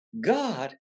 God